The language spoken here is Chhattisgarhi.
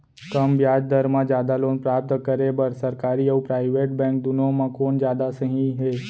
कम ब्याज दर मा जादा लोन प्राप्त करे बर, सरकारी अऊ प्राइवेट बैंक दुनो मा कोन जादा सही हे?